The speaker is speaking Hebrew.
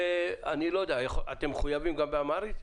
אתם מחויבים גם באמהרית?